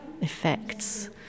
effects